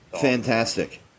Fantastic